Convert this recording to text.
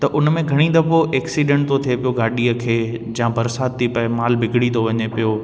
त उन में घणी दफ़ो एक्सीडेंट थो थिए पियो गाॾीअ खे जा बरसाति ती पए माल बिगड़ी थो वञे पियो